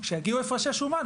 כשיגיעו הפרשי שומה,